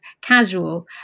casual